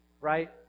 Right